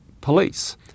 police